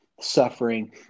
suffering